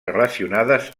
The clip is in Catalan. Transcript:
relacionades